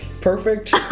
Perfect